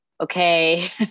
okay